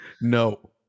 No